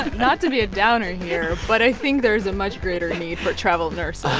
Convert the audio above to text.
not to be a downer here, but i think there's a much greater need for travel nurses